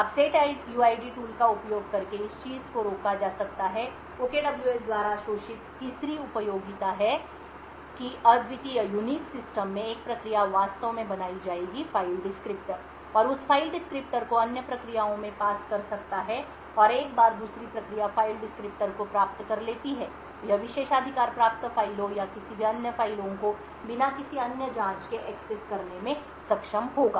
अब setuid tool का उपयोग करके इस चीज़ को रोका जा सकता है OKWS द्वारा शोषित तीसरी उपयोगिता यह है कि अद्वितीय सिस्टम में एक प्रक्रिया वास्तव में बनाई जाएगी फ़ाइल डिस्क्रिप्टर और उस फ़ाइल डिस्क्रिप्टर को अन्य प्रक्रियाओं में पास कर सकता है और एक बार दूसरी प्रक्रिया फ़ाइल डिस्क्रिप्टर को प्राप्त कर लेती है यह विशेषाधिकार प्राप्त फ़ाइलों या किसी भी अन्य फाइलों को बिना किसी अन्य जांच के एक्सेस करने में सक्षम होगा